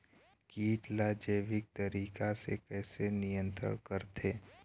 कीट ला जैविक तरीका से कैसे नियंत्रण करथे?